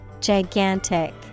Gigantic